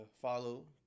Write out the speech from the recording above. follow